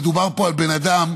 מדובר פה על בן אדם,